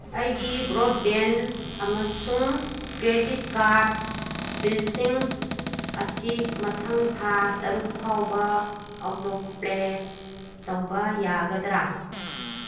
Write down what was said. ꯑꯩꯒꯤ ꯕ꯭ꯔꯣꯠꯕꯦꯟ ꯑꯃꯁꯨꯡ ꯀ꯭ꯔꯦꯗꯤꯠ ꯀꯥꯔꯠ ꯕꯤꯜꯁꯤꯡ ꯑꯁꯤ ꯃꯊꯪ ꯊꯥ ꯇꯔꯨꯛ ꯐꯥꯎꯕ ꯑꯣꯇꯣꯄ꯭ꯂꯦ ꯇꯧꯕ ꯌꯥꯒꯗ꯭ꯔꯥ